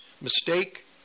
mistake